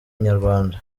inyarwanda